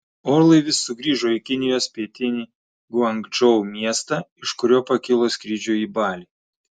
orlaivis sugrįžo į kinijos pietinį guangdžou miestą iš kurio pakilo skrydžiui į balį